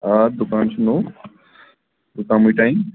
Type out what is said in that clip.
آ دُکان چُھ نوٚو کَمٕے ٹایِم